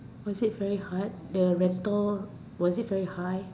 was it very hard the rental was it very high